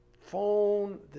phone